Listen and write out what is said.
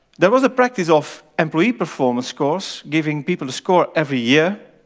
there was the practice of employee performance scores, giving people a score every year,